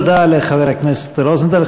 תודה לחבר הכנסת רוזנטל.